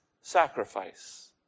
sacrifice